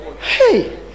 Hey